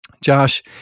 Josh